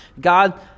God